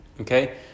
Okay